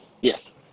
Yes